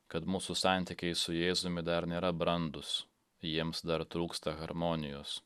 kad mūsų santykiai su jėzumi dar nėra brandūs jiems dar trūksta harmonijos